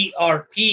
erp